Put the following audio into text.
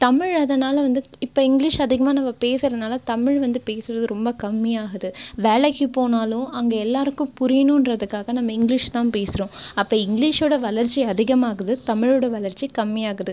தமிழ் அதனால் வந்து இப்போ இங்கிலீஷ் அதிகமாக நம்ம பேசுகிறதுனால தமிழ் வந்து பேசுகிறது ரொம்ப கம்மியாகுது வேலைக்கு போனாலும் அங்கே எல்லாேருக்கும் புரியுணுங்றதுக்காக நம்ம இங்கிலீஷ் தான் பேசுகிறோம் அப்போ இங்கிலீஷோடய வளர்ச்சி அதிகமாகுது தமிழோட வளர்ச்சி கம்மியாகுது